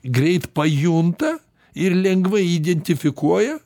greit pajunta ir lengvai identifikuoja